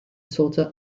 sollte